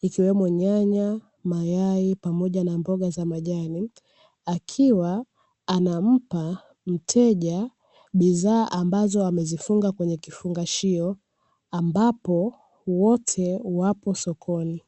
ikiwemo nyanya, mayai pamoja na mboga za majani, akiwa anampa mteja bidhaa ambazo amezifunga kwenye kifungashio, ambapo wote wapo sokoni.